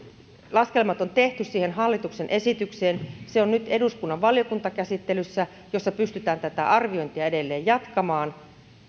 laskelmat on tehty siihen hallituksen esitykseen se on nyt eduskunnan valiokuntakäsittelyssä jossa pystytään tätä arviointia edelleen jatkamaan